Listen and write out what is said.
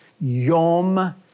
Yom